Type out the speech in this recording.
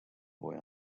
boy